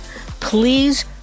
Please